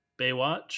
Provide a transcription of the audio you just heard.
baywatch